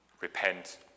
Repent